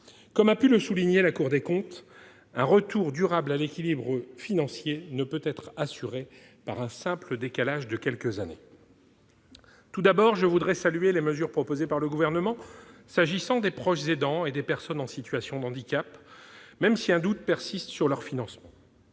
Comme a pu le souligner la Cour des comptes, un retour durable à l'équilibre financier ne peut être assuré par un simple décalage de quelques années. Tout d'abord, je voudrais saluer les mesures proposées par le Gouvernement s'agissant des proches aidants et des personnes en situation de handicap, même si un doute persiste sur leur financement.